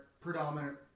predominant